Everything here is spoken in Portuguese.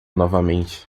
novamente